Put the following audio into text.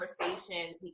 conversation